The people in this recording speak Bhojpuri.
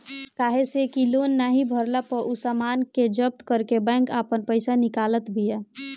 काहे से कि लोन नाइ भरला पअ उ सामान के जब्त करके बैंक आपन पईसा निकालत बिया